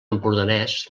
empordanès